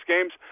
games –